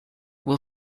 will